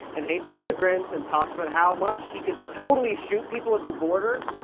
and hates immigrants, and talks about how much he could totally shoot people at the border,